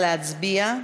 נא להצביע.